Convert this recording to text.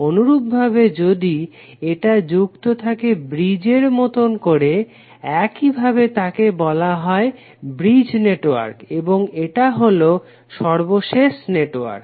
অনুরূপভাবে যদি এটা যুক্ত থাকে ব্রীজের মতো করে এইভাবে তাকে বলা হয় ব্রীজ নেটওয়ার্ক এবং এটা হলো সর্বশেষ নেটওয়ার্ক